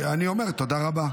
בסדר, ואני אומר תודה רבה.